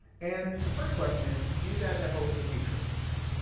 and the first question is do you guys have hope for the future?